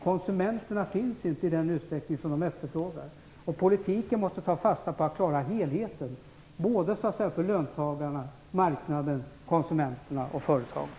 Konsumenterna finns inte i den utsträckning som företagen efterfrågar. I politiken måste man ta fasta på att klara av helheten när det gäller löntagarna, marknaden, konsumenterna och företagen.